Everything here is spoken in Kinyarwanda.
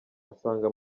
asanga